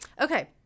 Okay